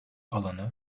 alanı